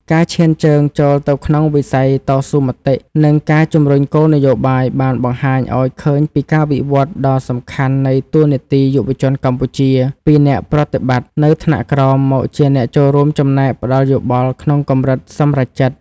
ការឈានជើងចូលទៅក្នុងវិស័យតស៊ូមតិ និងការជំរុញគោលនយោបាយ បានបង្ហាញឱ្យឃើញពីការវិវត្តដ៏សំខាន់នៃតួនាទីយុវជនកម្ពុជា ពីអ្នកប្រតិបត្តិនៅថ្នាក់ក្រោមមកជាអ្នកចូលរួមចំណែកផ្ដល់យោបល់ក្នុងកម្រិតសម្រេចចិត្ត។